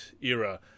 era